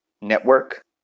network